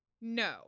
No